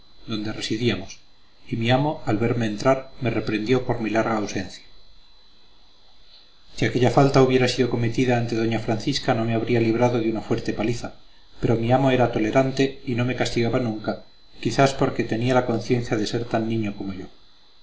donde residíamos y mi amo al verme entrar me reprendió por mi larga ausencia si aquella falta hubiera sido cometida ante doña francisca no me habría librado de una fuerte paliza pero mi amo era tolerante y no me castigaba nunca quizás porque tenía la conciencia de ser tan niño como yo